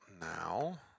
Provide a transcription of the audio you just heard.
now